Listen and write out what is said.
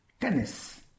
tennis